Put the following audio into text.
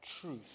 truth